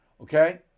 Okay